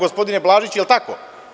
Gospodine Blažiću, je li tako?